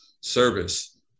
service